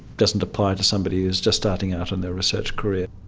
doesn't apply to somebody who's just starting out in their research career.